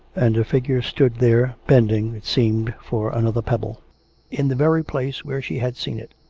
and a figure stood there, bending, it seemed, for another pebble in the very place where she had seen it,